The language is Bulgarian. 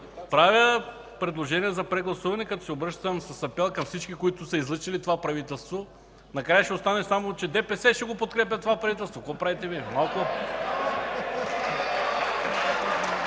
Правя предложение за прегласуване, като се обръщам с апел към всички, които са излъчили това правителство – накрая ще остане само, че ДПС ще подкрепя това правителство. Какво правите Вие?!